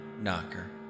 Knocker